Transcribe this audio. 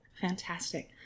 Fantastic